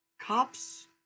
cops